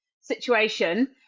situation